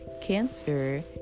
Cancer